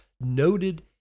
noted